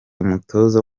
umutoza